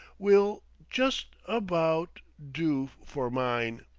will just about do for mine!